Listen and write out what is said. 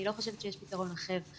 אני לא חושבת שיש פתרון אחר.